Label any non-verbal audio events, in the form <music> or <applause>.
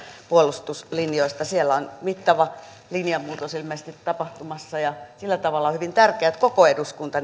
puolustuslinjoista siellä on mittava linjanmuutos ilmeisesti tapahtumassa ja sillä tavalla on hyvin tärkeää että nimenomaisesti koko eduskunta <unintelligible>